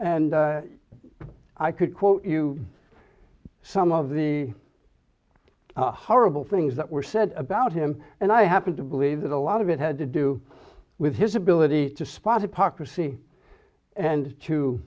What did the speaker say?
and i could quote you some of the horrible things that were said about him and i happen to believe that a lot of it had to do with his ability to spot hypocrisy and to